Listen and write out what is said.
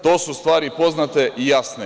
To su stvari poznate i jasne.